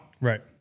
Right